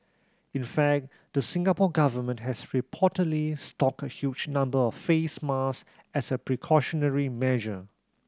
in fact the Singapore Government has reportedly stocked a huge number of face mask as a precautionary measure